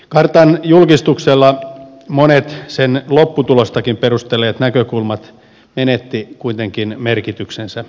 kartan julkistuksella monet sen lopputulostakin perustelleet näkökulmat menettivät kuitenkin merkityksensä